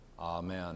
Amen